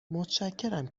متشکرم